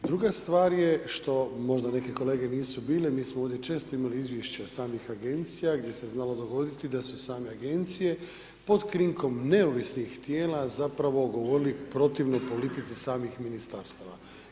Druga stvar je što možda neke kolege nisu bile, mi smo ovdje imali izvješća samih agencija gdje se znalo dogoditi da su same agencije pod krinkom neovisnih tijela, zapravo govorili protivno politici samih ministarstava.